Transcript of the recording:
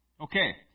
Okay